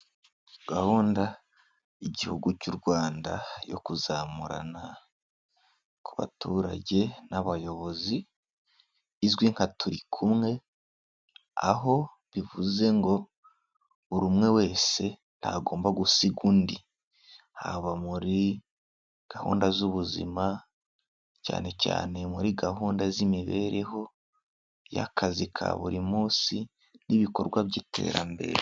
Gahunda y'Igihugu cy'u Rwanda yo kuzamurana ku baturage n'abayobozi izwi nka turi kumwe, aho bivuze ngo buri umwe wese ntagomba gusiga undi haba muri gahunda z'ubuzima cyane cyane muri gahunda z'imibereho y'akazi ka buri munsi n'ibikorwa by'iterambere.